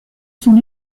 son